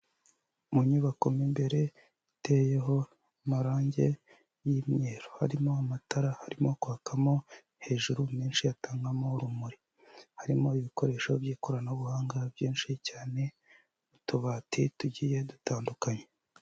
Mu nyubako mo imbere iteyeho amarange y'imyeru. Harimo amatara arimo kwakamo hejuru menshi atangamo urumuri, harimo ibikoresho by'ikoranabuhanga byinshi cyane utubati tugiye dutandukanye.